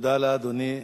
תודה לאדוני.